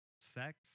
Sex